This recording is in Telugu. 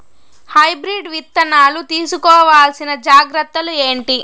హైబ్రిడ్ విత్తనాలు తీసుకోవాల్సిన జాగ్రత్తలు ఏంటి?